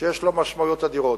שיש לו משמעויות אדירות.